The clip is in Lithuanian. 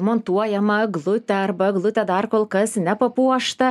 montuojamą eglutę arba eglutę dar kol kas nepapuoštą